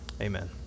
Amen